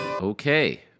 Okay